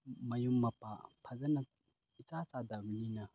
ꯃꯌꯨꯝ ꯃꯄꯥ ꯐꯖꯅ ꯏꯆꯥ ꯆꯥꯗꯕꯅꯤꯅ